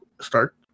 start